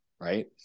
right